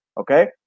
Okay